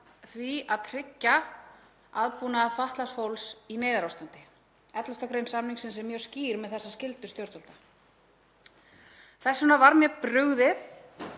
því að tryggja aðbúnað fatlaðs fólks í neyðarástandi. 11. gr. samningsins er mjög skýr með þessar skyldur stjórnvalda. Þess vegna var mér brugðið